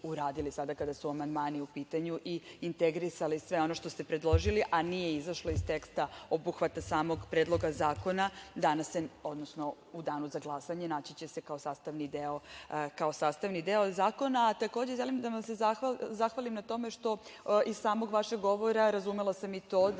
sada kada su amandmani u pitanju i integrisali smo sve ono što ste predložili, a nije izašlo iz teksta obuhvata samog predloga zakona, u danu za glasanje naći će se kao sastavni deo zakona. Takođe, želim da vam se zahvalim na tome što iz samog vašeg govora razumela sam i to da